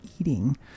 eating